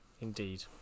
Indeed